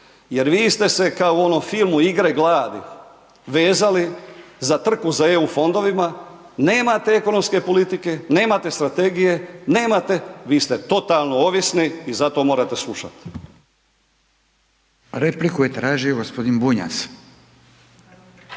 Jer vi ste se kao u onom filmu Igre gladi vezali za trku za EU fondovima, nemate ekonomske politike, nemate strategije, vi ste totalno ovisni i zato morate slušati.